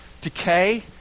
decay